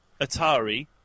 Atari